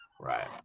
right